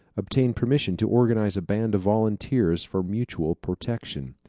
obtained permission to organize a band of volunteers for mutual protection.